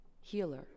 Healer